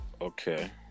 Okay